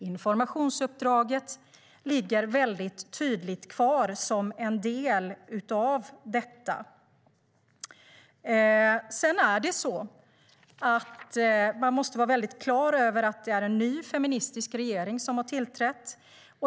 Informationsuppdraget ligger tydligt kvar som en del av detta. Man måste också vara klar över att det är en ny, feministisk regering som har tillträtt.